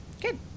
Good